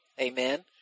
Amen